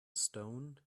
stone